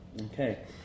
Okay